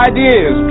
Ideas